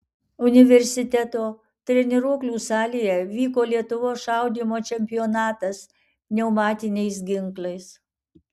universiteto treniruoklių salėje vyko lietuvos šaudymo čempionatas pneumatiniais ginklais